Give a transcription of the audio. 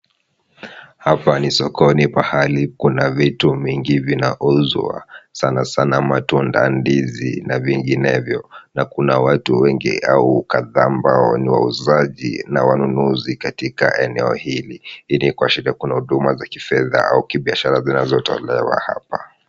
Hapa ni sokoni pahali kuna vitu mingi vinauzwa sana sana matunda, ndizi na vinginevyo na kuna watu wengi au kadhaa ambao ni wauzaji na wanunuzi katika eneo hili. Hii ni kuashiria kuna huduma za kifedha au kibiashara zinazotolewa hapa.